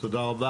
תקן אותי אם